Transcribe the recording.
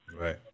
Right